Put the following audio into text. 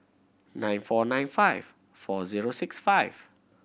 nine four nine five four zero six five